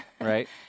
Right